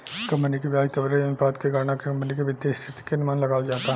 company के ब्याज coverage अनुपात के गणना के कंपनी के वित्तीय स्थिति के अनुमान लगावल जाता